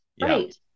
Right